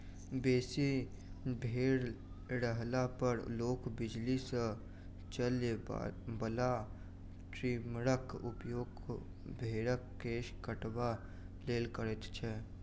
बेसी भेंड़ रहला पर लोक बिजली सॅ चलय बला ट्रीमरक उपयोग भेंड़क केश कटबाक लेल करैत छै